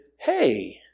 hey